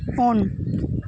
on